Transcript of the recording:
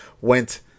went